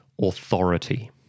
authority